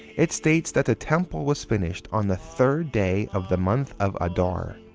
it states that the temple was finished on the third day of the month of adar.